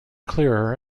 clearer